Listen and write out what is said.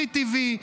FreeTV,